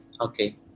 Okay